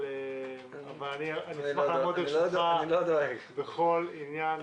אבל אני אשמח לעמוד לרשותך בכל עניין,